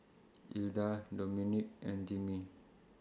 Ilda Domonique and Jimmie